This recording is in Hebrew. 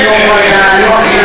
אבל אני מבקשת לשמור על לוח הזמנים.